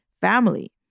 family